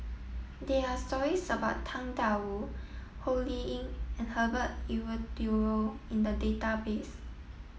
there are stories about Tang Da Wu Ho Lee Ling and Herbert Eleuterio in the database